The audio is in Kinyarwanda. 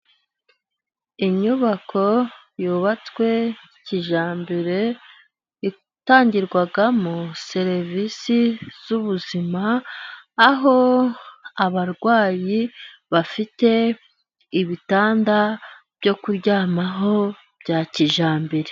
Inyubako yubatswe kijyambere itangirwamo serivisi z'ubuzima, aho abarwayi bafite ibitanda byo kuryamaho bya kijyambere.